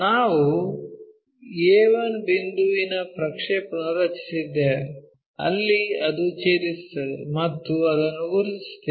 ನಾವು a1 ಬಿಂದುವಿನ ಪ್ರಕ್ಷೇಪಣಗಳನ್ನು ರಚಿಸುತ್ತೇವೆ ಅಲ್ಲಿ ಅದು ಛೇದಿಸುತ್ತದೆ ಮತ್ತು ಅದನ್ನು ಗುರುತಿಸುತ್ತೇವೆ